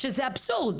זה אבסורד.